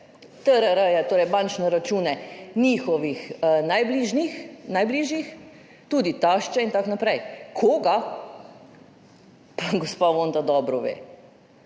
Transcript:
TRR, torej bančne račune njihovih najbližjih, tudi tašče in tako naprej. Koga, pa gospa Vonta dobro ve.